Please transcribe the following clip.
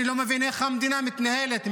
אני לא מבין איך המדינה מתנהלת.